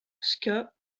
ska